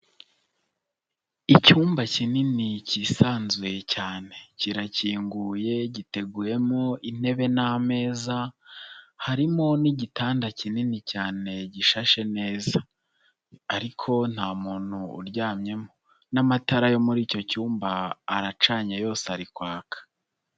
Icyumba kinini kisanzuye cyane, kirakinguye, giteguyemo intebe n'ameza, harimo n'igitanda kinini cyane gishashe neza. Ariko nta muntu uryamyemo n'amatara yo muri icyo cyumba aracanye yose ari kwaka.